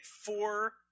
four